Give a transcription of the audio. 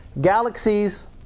Galaxies